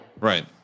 Right